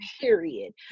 period